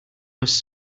was